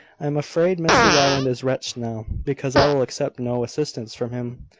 i am afraid mr rowland is wretched now, because i will accept no assistance from him.